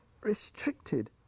restricted